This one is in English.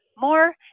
more